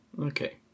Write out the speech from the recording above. Okay